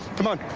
come on.